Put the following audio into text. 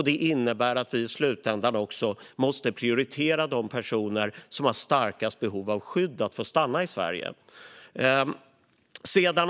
Det innebär att vi i slutändan också måste prioritera så att de personer som har starkast behov av skydd får stanna i Sverige.